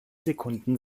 sekunden